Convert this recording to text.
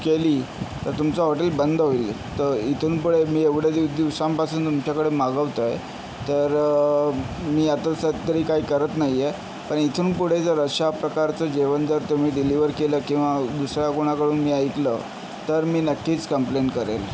केली तर तुमचं हॉटेल बंद होईल तर इथून पुढे मी एवढे दिव दिवसांपासून तुमच्याकडून मागवतो आहे तर मी आता सत तरी काही करत नाहीये पण इथून पुढे जर अश्याप्रकारचं जेवण जर तुम्ही डिलिव्हर केलं किंवा दुसऱ्या कोणाकडून मी ऐकलं तर मी नक्कीच कम्प्लेंट करेल